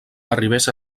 arribés